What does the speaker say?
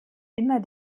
immer